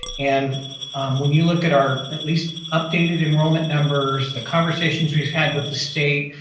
and when you look at our, at least, updated enrollment numbers, the conversations we've had with the state,